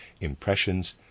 impressions